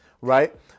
right